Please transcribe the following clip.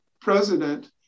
president